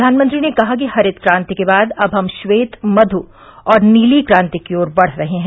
प्रधानमंत्री ने कहा कि हरित क्रांति के बाद अब हम श्वेत मधु और नीली क्रांति की ओर बढ़ रहे हैं